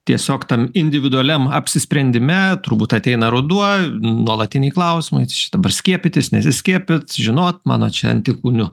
tiesiog tam individualiam apsisprendime turbūt ateina ruduo nuolatiniai klausimai čia dabar skiepytis nesiskiepyt žinot mano čia antikūnių